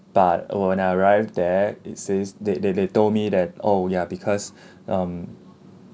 but when I arrived there it says they they they told me that oh ya because um